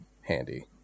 handy